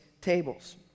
tables